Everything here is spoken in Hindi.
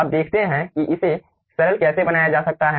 अब देखते हैं कि इसे सरल कैसे बनाया जा सकता है